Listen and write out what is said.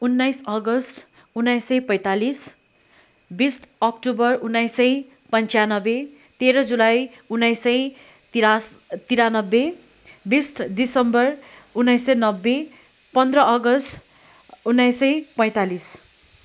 उन्नाइस अगस्त उन्नाइस सय पैँतालिस बिस अक्टोबर उन्नाइस सय पन्चानब्बे तेह्र जुलाई उन्नाइस सय तिरा तिरानब्बे बिस डिसम्बर उन्नाइस सय नब्बे पन्ध्र अगस्त उन्नाइस सय पैँतालिस